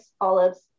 olives